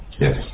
Yes